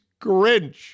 Grinch